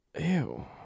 Ew